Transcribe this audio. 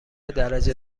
درجه